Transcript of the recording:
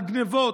על גנבות,